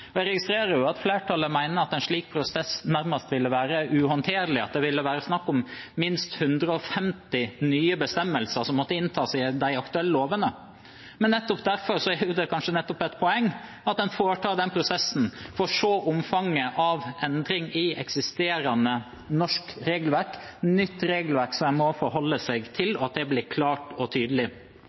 regelverk. Jeg registrerer at flertallet mener at en slik prosess nærmest ville være uhåndterlig, at det ville være snakk om minst 150 nye bestemmelser som måtte inntas i de aktuelle lovene. Men nettopp derfor er det kanskje et poeng at en foretar den prosessen, for å se omfanget av endring i eksisterende norsk regelverk, nytt regelverk som en må forholde seg til, at det blir klart og tydelig.